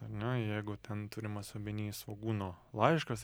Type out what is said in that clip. ar ne jeigu ten turimas omeny svogūno laiškas